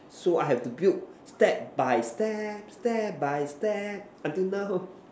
so I have to build step by step step by step until now h~